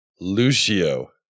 Lucio